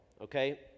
okay